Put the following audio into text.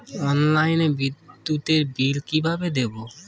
অনলাইনে বিদ্যুতের বিল কিভাবে দেব?